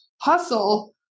hustle